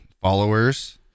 followers